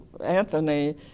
Anthony